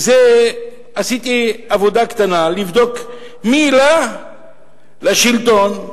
עשיתי עבודה קטנה לבדוק מי העלה את הליכוד לשלטון.